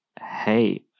hey